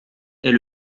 est